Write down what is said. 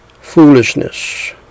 foolishness